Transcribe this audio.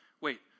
Wait